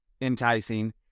enticing